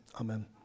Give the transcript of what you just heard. amen